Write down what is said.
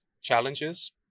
challenges